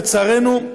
לצערנו,